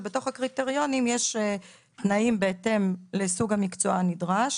ובתוך הקריטריונים יש תנאים בהתאם לסוג המקצוע הנדרש.